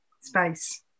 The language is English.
space